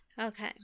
Okay